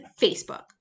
Facebook